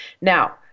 now